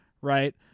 right